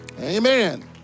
Amen